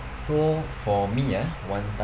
so for me ah one time